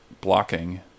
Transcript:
blocking